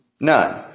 None